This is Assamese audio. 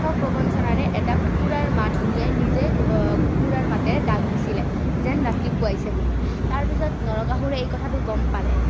প্ৰবঞ্চনাৰে এটা কুকুৰাৰ মাত উলিয়াই নিজে কুকুৰাৰ মাতেৰে ডাক দিছিলে যেন ৰাতিপুৱাইছে বুলি তাৰ পিছত নৰকাসুৰে এই কথাটো গম পালে